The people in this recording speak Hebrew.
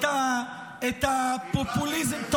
את הפופוליזם --- קיבלתם את ההזדמנות.